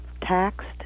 taxed